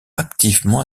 activement